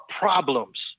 problems